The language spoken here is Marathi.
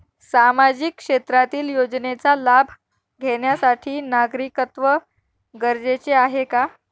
सामाजिक क्षेत्रातील योजनेचा लाभ घेण्यासाठी नागरिकत्व गरजेचे आहे का?